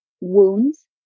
wounds